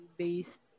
based